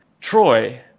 Troy